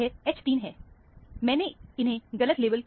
nमैंने इन्हें गलत लेबल कर दिया